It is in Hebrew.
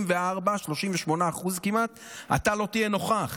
84 זה 38% כמעט שאתה לא תהיה נוכח.